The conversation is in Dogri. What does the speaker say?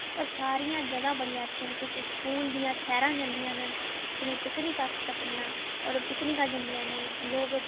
और सारियां जगह्ं बड़ियां अच्छियां न किश स्कूल दियां सैरां जंदियां न जि'नें गी पिकनिक आक्खी सकने आं होर पिकनिकां जंदियां न लोक